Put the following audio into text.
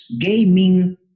gaming